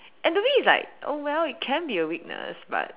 and to me it's like oh well it can be a weakness but